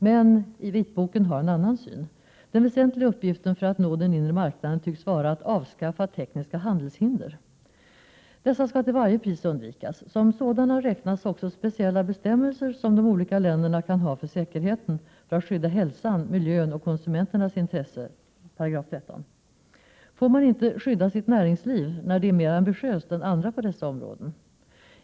Men vitboken har en annan syn. Den väsentliga uppgiften för att nå den inre marknaden tycks vara att avskaffa tekniska handelshinder. Dessa skall till varje pris undvikas. Som sådana räknas också speciella bestämmelser som de olika länderna kan ha för säkerheten, för att skydda hälsan, miljön och konsumenternas intressen, enligt § 13. Får man inte skydda sitt näringsliv när det är mer ambitiöst än andras på dessa områden?